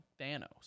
Thanos